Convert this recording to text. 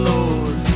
Lord